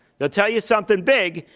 they'll tell you something big.